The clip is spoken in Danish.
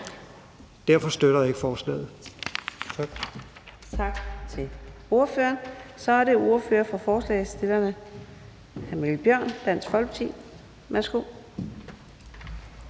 Derfor støtter jeg ikke forslaget. Tak.